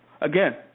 Again